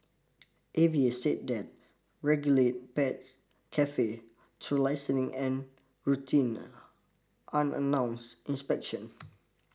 A V A said that regulate pets cafe through licensing and routine unannounced inspection